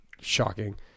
shocking